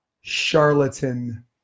charlatan